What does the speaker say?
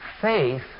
Faith